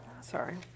Sorry